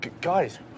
guys